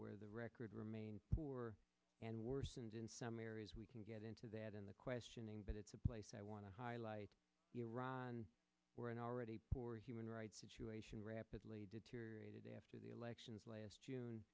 where the record remain poor and worse and in some areas we can get into that in the questioning but it's a place i want to highlight iran where an already poor human rights situation rapidly deteriorated after the elections last june